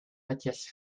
matthias